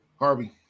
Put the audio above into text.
Harvey